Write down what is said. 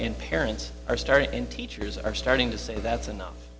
and parents are starting and teachers are starting to say that's enough